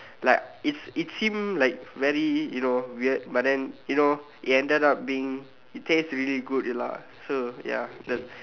like it it seem like very you know weird but then you know it ended up being it tastes really good lah so ya just